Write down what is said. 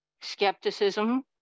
skepticism